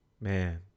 man